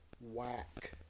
whack